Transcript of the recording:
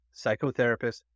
psychotherapist